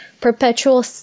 perpetual